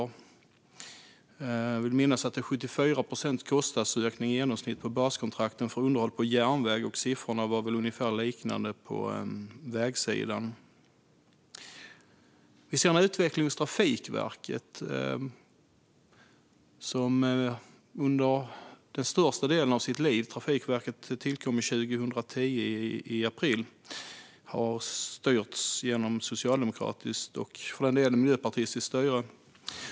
Jag vill minnas att den genomsnittliga kostnadsökningen på baskontrakten för underhåll på järnväg är 74 procent. Siffrorna är väl ungefär liknande på vägsidan. Trafikverket tillkom i april 2010 och har under största delen av sitt liv styrts av Socialdemokraterna och för den delen även Miljöpartiet.